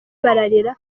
bararira